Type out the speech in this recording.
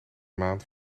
maand